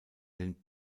den